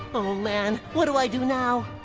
oh, man. what do i do now?